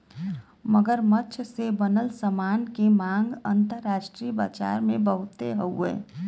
मगरमच्छ से बनल सामान के मांग अंतरराष्ट्रीय बाजार में बहुते हउवे